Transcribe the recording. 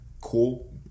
Cool